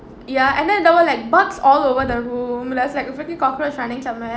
ya and then there were like bugs all over the room there was like a freaking cockroach running somewhere